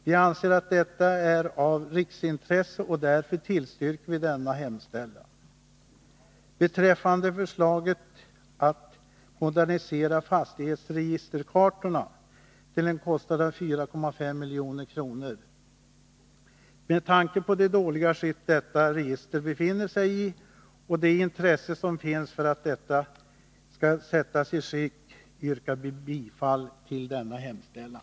Vi anser att detta är av riksintresse, och därför tillstyrker vi denna hemställan. Beträffande förslaget att modernisera fastighetsregisterkartorna till en kostnad av 4,5 milj.kr. vill jag anföra följande. Med hänsyn till det dåliga skick detta register befinner sig i och det intresse som finns för att åter sätta detta i skick yrkar vi bifall till denna hemställan.